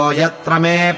yatrame